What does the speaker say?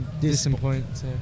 Disappoint